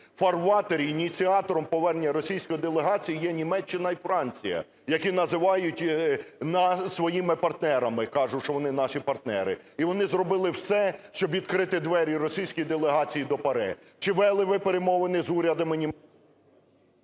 фарватері ініціатором повернення російської делегації є Німеччина і Франція, які називають нас своїми партнерами, кажуть, що вони наші партнери. І вони зробили все, щоб відкрити двері російській делегації до ПАРЄ. Чи вели ви перемовини з урядами…